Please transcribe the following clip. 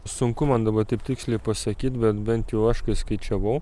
sunku man dabar taip tiksliai pasakyt bet bent jau aš kai skaičiavau